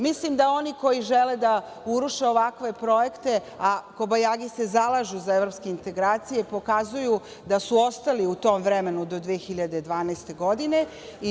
Mislim da oni koji žele da uruše ovakve projekte, a kobajagi se zalažu za evropske integracije, pokazuju da su ostali u tom vremenu do 2012. godine.